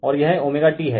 और यह ωt है